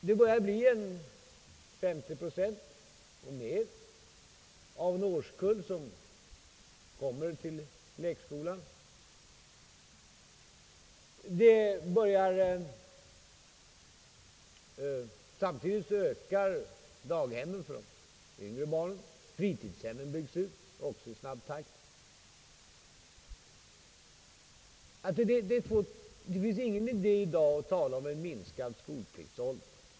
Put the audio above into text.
Det börjar bli 50 procent eller mer av en årskull som kommer till lekskolan. Samtidigt ökas antalet daghemsplatser för de yngre barnen. Fritidshemmen byggs ut i snabb takt. Det är ingen idé i dag att tala om en sänkt skolpliktsålder.